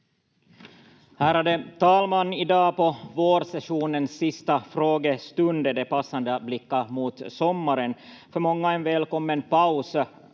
Ärade talman! I dag på vårsessionens sista frågestund är det passande att blicka mot sommaren, för många en välkommen paus